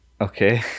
Okay